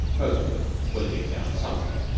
most of them were living down something,